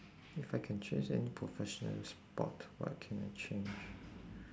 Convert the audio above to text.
if I can change any professional sport what can I change